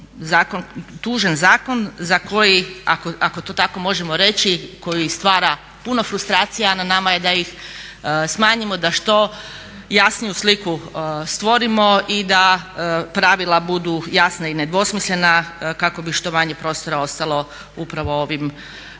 tužan zakon za koji ako to tako možemo reći, koji stvara puno frustracija, a na nama je da ih smanjimo, da što jasniju sliku stvorimo i da pravila budu jasna i nedvosmislena kako bi što manje prostora ostalo upravo ovim situacijama